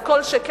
אז כל שכן,